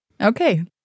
Okay